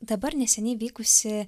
dabar neseniai vykusi